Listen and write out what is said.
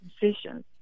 decisions